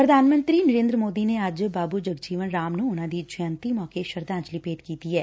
ਪ੍ਰਧਾਨ ਮੰਤਰੀ ਨਰੇਂਦਰ ਮੋਦੀ ਨੇ ਅੱਜ ਬਾਬੂ ਜਗਜੀਵਨ ਰਾਮ ਨੂੰ ਉਨੂਾਂ ਦੀ ਜੈਯੰਤੀ ਮੌਕੇ ਸ਼ਰਧਾਂਜਲੀ ਭੇਂਟ ਕੀਤੀ ਐ